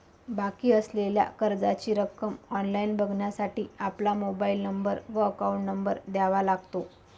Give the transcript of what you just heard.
बाकी असलेल्या कर्जाची रक्कम ऑनलाइन बघण्यासाठी आपला मोबाइल नंबर व अकाउंट नंबर द्यावा लागतो